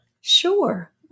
Sure